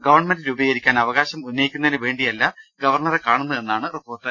government രൂപീകരിക്കാൻ അവകാശം ഉന്നയിക്കുന്നതിനുവേണ്ടിയല്ല ഗവർണറെ കാണുന്നതെന്നാണ് റിപ്പോർട്ട്